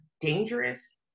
dangerous